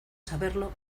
saberlo